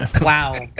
Wow